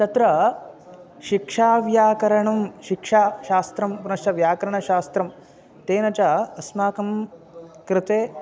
तत्र शिक्षा व्याकरणं शिक्षाशास्त्रं पुनश्च व्याकरणशास्त्रं तेन च अस्माकं कृते